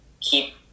keep